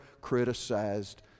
criticized